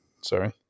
Sorry